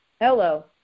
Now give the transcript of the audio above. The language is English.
hello